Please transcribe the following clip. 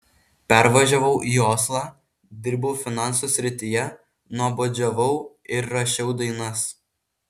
pervažiavau į oslą dirbau finansų srityje nuobodžiavau ir rašiau dainas